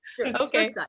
Okay